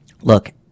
Look